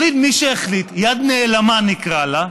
החליט מי שהחליט, יד נעלמה, נקרא לו,